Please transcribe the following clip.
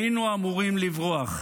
היינו אמורים לברוח.